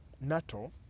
NATO